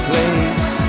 Place